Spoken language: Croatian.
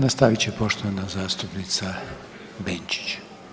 Nastavit će poštovana zastupnica Benčić.